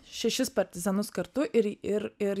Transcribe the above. šešis partizanus kartu ir ir ir